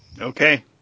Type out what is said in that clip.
Okay